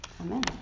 Amen